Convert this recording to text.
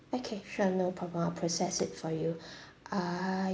okay sure no problem I'll process it for you uh